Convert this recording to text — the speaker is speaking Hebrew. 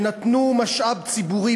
שנתנו משאב ציבורי,